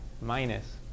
minus